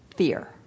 Fear